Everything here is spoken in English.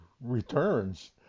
returns